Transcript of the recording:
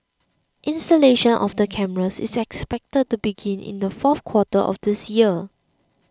installation of the cameras is expected to begin in the fourth quarter of this year